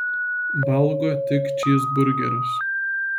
valgo tik čyzburgerius